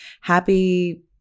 Happy